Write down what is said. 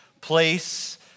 place